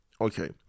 Okay